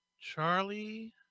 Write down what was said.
Charlie